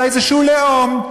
אלא איזה לאום שהוא.